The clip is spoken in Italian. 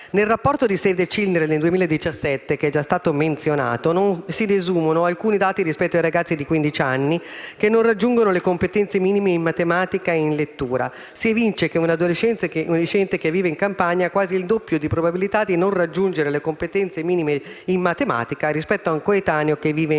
pubblicato da Save the Children nel 2017, che è già stato menzionato, si desumono alcuni dati rispetto ai ragazzi di quindici anni, che non raggiungono le competenze minime in matematica e in lettura. Si evince che un adolescente che vive in Campania ha quasi il doppio di probabilità di non raggiungere le competenze minime in matematica rispetto ad un coetaneo che vive in Lombardia